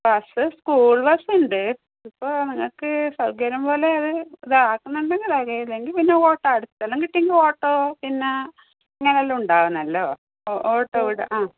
bus school ബസുണ്ട് ഇപ്പോൾ നിങ്ങൾക്ക് സൗകര്യം പോലെ അത് ഇതാക്കണമെങ്കിൽ ഇതാക്കാം ഇല്ലെങ്കിൽ പിന്നെ ഓട്ടോ അടുത്തെല്ലാം കിട്ടിയെങ്കിൽ ഓട്ടോ പിന്നെ അങ്ങനെ എല്ലാമുണ്ടാവണമല്ലോ ഓട്ടോ വിടാം ആ